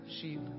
sheep